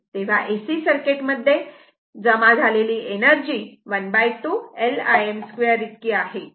तेव्हा AC circuit मध्ये एकूण जमा झालेली एनर्जी ½ L Im 2 इतकी आहे